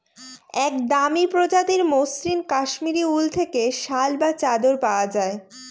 এক দামি প্রজাতির মসৃন কাশ্মীরি উল থেকে শাল বা চাদর পাওয়া যায়